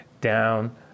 down